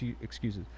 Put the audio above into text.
excuses